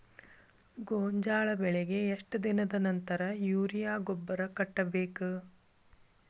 ಗೋಂಜಾಳ ಬೆಳೆಗೆ ಎಷ್ಟ್ ದಿನದ ನಂತರ ಯೂರಿಯಾ ಗೊಬ್ಬರ ಕಟ್ಟಬೇಕ?